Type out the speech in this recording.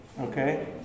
Okay